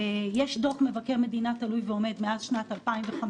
ויש דוח מבקר המדינה, תלוי ועומד מאז שנת 2015,